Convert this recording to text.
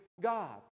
God